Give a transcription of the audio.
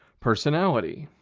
personality,